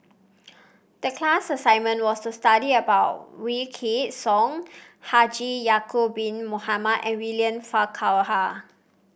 the class assignment was to study about Wykidd Song Haji Ya'acob Bin Mohamed and William Farquhar